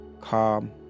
calm